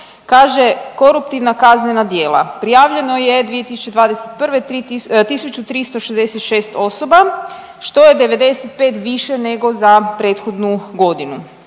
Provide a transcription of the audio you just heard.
kaže koruptivna kaznena djela prijavljeno je 2021. 1.366 osoba što je 95 više nego za prethodnu godinu.